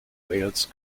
wales